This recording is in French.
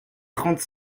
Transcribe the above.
trente